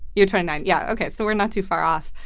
you turn nine. yeah. okay. so we're not too far off.